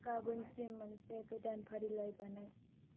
गाबोनसिम मोनसे गोदान फारिलाइ बानाय